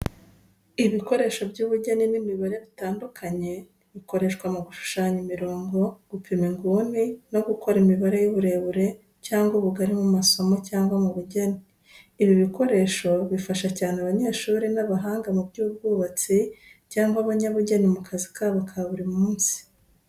Ibikoresho by’ubugeni n’imibare bitandukanye, bikoreshwa mu gushushanya imirongo, gupima inguni no gukora imibare y’uburebure cyangwa ubugari mu masomo cyangwa mu bugeni. Ibi bikoresho bifasha cyane abanyeshuri n’abahanga mu by’ubwubatsi, cyangwa abanyabugeni mu kazi kabo ka buri munsi.